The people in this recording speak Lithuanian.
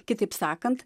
kitaip sakant